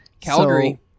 Calgary